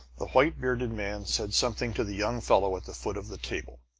the white-bearded man said something to the young fellow at the foot of the table,